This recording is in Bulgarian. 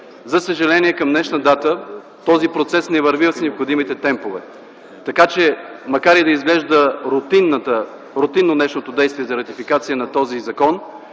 За съжаление към днешна дата този процес не върви с необходимите темпове. Така че макар и да изглежда рутинно днешното действие за ратификация на този закон,